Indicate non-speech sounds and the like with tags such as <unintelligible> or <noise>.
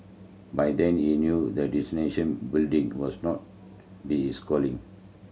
by then he knew that <unintelligible> building was not be his calling